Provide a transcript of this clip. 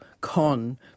con